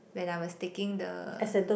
when I was taking the